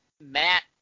Matt